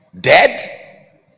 Dead